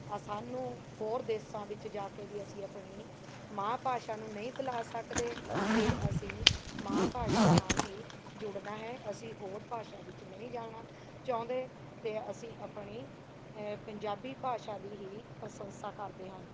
ਸਾਨੂੰ ਹੋਰ ਦੇਸ਼ਾਂ ਵਿੱਚ ਜਾ ਕੇ ਵੀ ਅਸੀਂ ਆਪਣੀ ਮਾਂ ਭਾਸ਼ਾ ਨੂੰ ਨਹੀਂ ਭੁਲਾ ਸਕਦੇ ਅਤੇ ਅਸੀਂ ਮਾਂ ਭਾਸ਼ਾ ਨਾਲ਼ ਹੀ ਜੁੜਨਾ ਹੈ ਅਸੀਂ ਹੋਰ ਭਾਸ਼ਾ ਵਿੱਚ ਨਹੀਂ ਜਾਣਾ ਚਾਹੁੰਦੇ ਅਤੇ ਅਸੀਂ ਆਪਣੀ ਪੰਜਾਬੀ ਭਾਸ਼ਾ ਦੀ ਹੀ ਪ੍ਰਸ਼ੰਸਾ ਕਰਦੇ ਹਾਂ